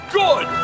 good